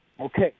Okay